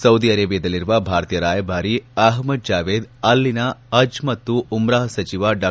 Saudi ಅರೇಬಿಯಾದಲ್ಲಿರುವ ಭಾರತೀಯ ರಾಯಭಾರಿ ಅಹ್ನದ್ ಜಾವೇದ್ ಅಲ್ಲಿನ ಹಜ್ ಮತ್ತು ಉಮ್ರಾಹ ಸಚಿವ ಡಾ